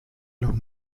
los